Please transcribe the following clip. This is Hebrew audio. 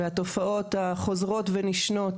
התופעות החוזרות ונשנות